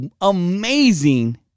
amazing